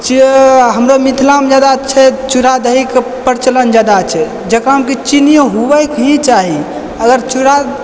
हमरा मिथिलामे चूरा दहीके प्रचलन जादा छै जकरामे की चीनियो होबैक ही चाही